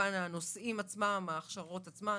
וכמובן הנושאים עצמם - ההכשרות עצמן.